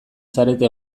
zarete